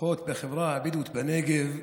לפחות בחברה הבדואית בנגב?